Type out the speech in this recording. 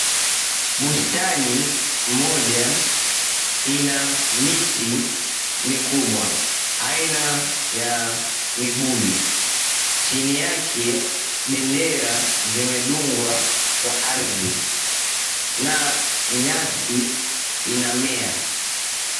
Bustani moja ina miti mikubwa aina ya mibuyu. Chini yake bendera zimedungwa kwa ardhi na nyasi inamea.